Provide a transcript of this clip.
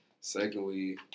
Secondly